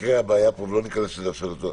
במקרה הבעיה פה ולא ניכנס לזה פה עכשיו.